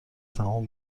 تمام